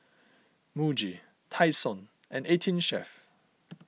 Muji Tai Sun and eighteen Chef